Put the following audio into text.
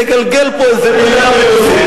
תגלגל פה איזה מלה ביבוסית,